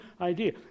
idea